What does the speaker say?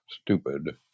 stupid